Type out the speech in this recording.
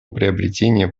приобретения